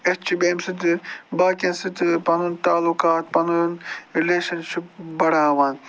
أسۍ چھِ بیٚیہِ اَمہِ سۭتۍ باقِیَن سۭتۍ پَنُن تعلقات پَنٕنۍ رِلیشَن شِپ بڑاوان